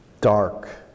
dark